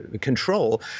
control